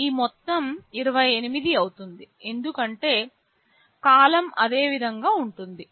ఈ మొత్తం 28 అవుతుంది ఎందుకంటే కాలం అదే విధంగా ఉంటుంది